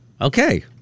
Okay